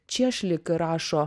čiešlik rašo